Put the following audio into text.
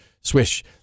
swish